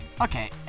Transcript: Okay